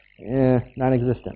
non-existent